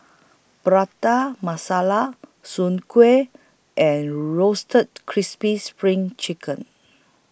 Prata Masala Soon Kuih and Roasted Crispy SPRING Chicken